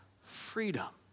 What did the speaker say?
freedom